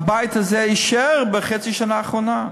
הבית הזה אישר בחצי השנה האחרונה?